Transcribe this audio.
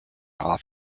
off